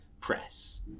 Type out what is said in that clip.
press